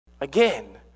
Again